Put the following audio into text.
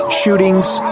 ah shootings,